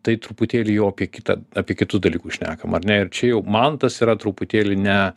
tai truputėlį jau apie kitą apie kitus dalykus šnekam ar ne ir čia jau man tas yra truputėlį ne